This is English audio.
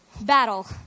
Battle